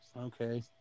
okay